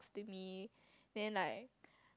to me then like